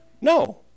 No